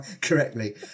correctly